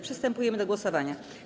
Przystępujemy do głosowania.